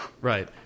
Right